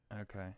Okay